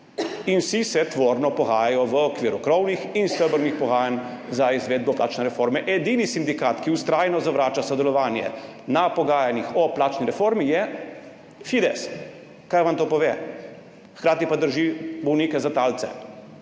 In vsi se tvorno pogajajo v okviru krovnih in stebrnih pogajanj za izvedbo plačne reforme, edini sindikat, ki vztrajno zavrača sodelovanje na pogajanjih o plačni reformi, je Fides! Kaj vam to pove? Hkrati pa drži bolnike za talce.